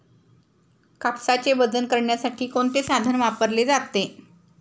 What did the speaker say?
कापसाचे वजन करण्यासाठी कोणते साधन वापरले जाते?